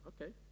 Okay